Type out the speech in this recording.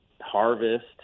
harvest